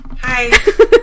Hi